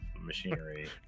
machinery